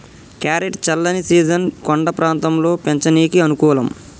carrot చల్లని season కొండ ప్రాంతంలో పెంచనీకి అనుకూలం